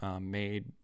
made